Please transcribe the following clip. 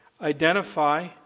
identify